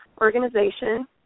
organization